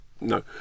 no